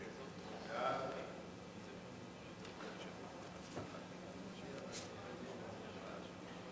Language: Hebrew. חוק השאלת ספרי לימוד (תיקון מס' 6),